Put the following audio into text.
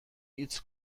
hitz